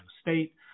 State